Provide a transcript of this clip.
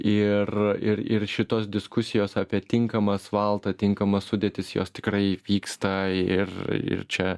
ir ir ir šitos diskusijos apie tinkamą asfaltą tinkamas sudėtis jos tikrai vyksta ir ir čia